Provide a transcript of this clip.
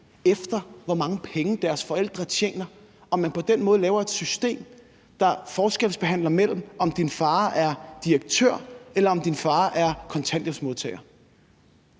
efter, hvor mange penge deres forældre tjener, og man på den måde laver et system, der forskelsbehandler, i forhold til om din far er direktør eller din far er kontanthjælpsmodtager.